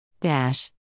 dash